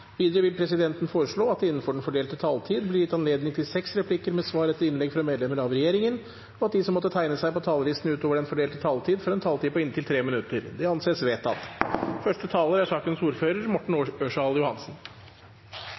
Vidare vil presidenten føreslå at det – innanfor den fordelte taletida – vert gjeve høve til inntil seks replikkar med svar etter innlegg frå medlemer av regjeringa, og at dei som måtte teikna seg på talarlista utover den fordelte taletida, får ei taletid på inntil 3 minutt. – Det